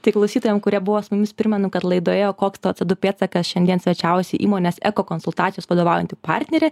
tik klausytojam kurie buvo su mumis primenu kad laidoje koks tavo cė du pėdsakas šiandien svečiavosi įmonės eko konsultacijos vadovaujanti partnerė